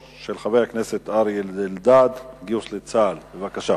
חברת הכנסת מירי רגב שאלה את שר הביטחון